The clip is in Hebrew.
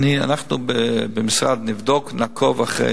אנחנו במשרד נבדוק, נעקוב אחר